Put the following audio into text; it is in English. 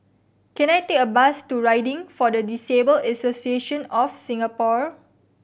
can I take a bus to Riding for the Disabled Association of Singapore